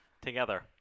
together